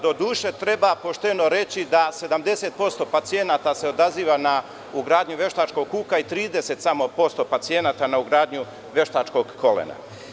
Doduše, treba pošteno reći da 70% pacijenata se odaziva na ugradnju veštačkog kuka i samo 30% pacijenata na ugradnju veštačkog kolena.